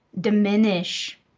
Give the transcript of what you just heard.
diminish